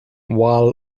wall